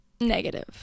negative